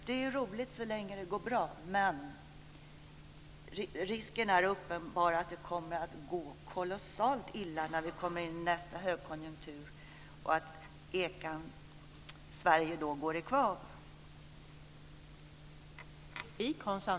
Det är roligt så länge det går bra, men risken är uppenbar att det kommer att gå kolossalt illa när vi kommer in i nästa högkonjunktur. Ekan Sverige kan då gå i kvav.